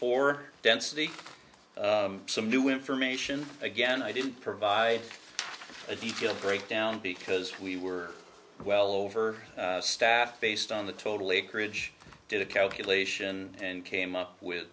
four density some new information again i didn't provide a detailed breakdown because we were well over staff based on the total acreage do the calculation and came up with